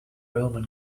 roman